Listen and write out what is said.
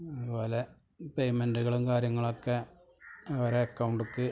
അതുപോലെ പേയ്മെൻറ്റുകളും കാര്യങ്ങളൊക്കെ അവരെ അക്കൗണ്ടിലേക്ക്